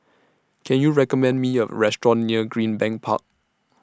Can YOU recommend Me A Restaurant near Greenbank Park